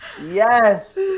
Yes